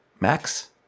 Max